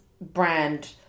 brand